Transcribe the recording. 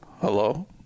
Hello